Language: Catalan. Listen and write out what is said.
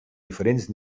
diferents